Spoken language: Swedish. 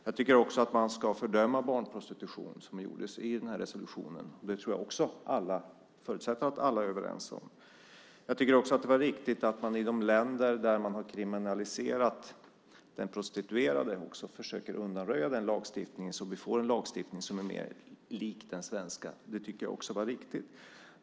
Jag tycker också att man ska fördöma barnprostitution, vilket gjordes i den här resolutionen, och det förutsätter jag också att alla är överens om. Jag tycker också att det var riktigt att man i de länder där man har kriminaliserat den prostituerade också försöker undanröja den lagstiftningen så att vi får en lagstiftning som är mer lik den svenska. Det tycker jag också är viktigt.